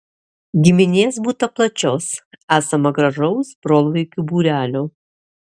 giminės būta plačios esama gražaus brolvaikių būrelio